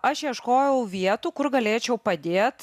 aš ieškojau vietų kur galėčiau padėt